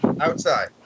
Outside